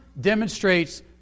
demonstrates